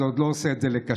זה עוד לא עושה את זה לכשר.